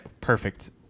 perfect